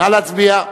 נא להצביע.